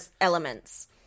elements